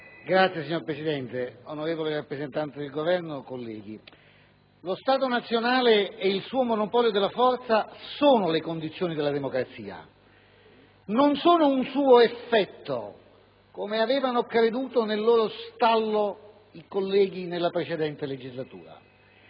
*(PdL)*. Signora Presidente, onorevole rappresentante del Governo, colleghi, lo Stato nazionale e il suo monopolio della forza sono le condizioni della democrazia, non sono un suo effetto, come avevano creduto nel loro stallo i colleghi nella precedente legislatura.